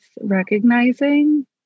recognizing